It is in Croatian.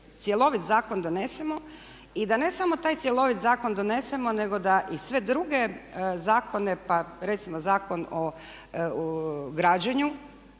cjelovit zakon donesemo. I da ne samo taj cjelovit zakon donesemo, nego da i sve druge zakone, pa recimo Zakon o građenju